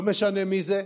לא משנה מי זה,